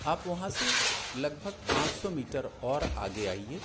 आप वहाँ से लगभग पाँच सौ मीटर और आगे आइये